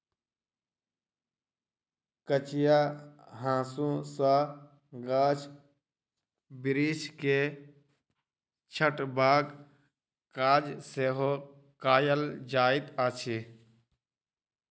कचिया हाँसू सॅ गाछ बिरिछ के छँटबाक काज सेहो कयल जाइत अछि